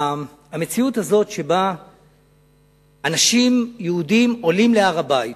המציאות הזאת, שבה אנשים יהודים עולים להר-הבית